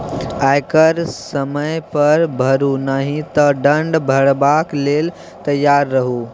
आयकर समय पर भरू नहि तँ दण्ड भरबाक लेल तैयार रहु